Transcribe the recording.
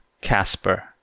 Casper